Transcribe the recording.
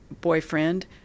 boyfriend